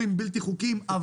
חוקיים.